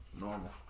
Normal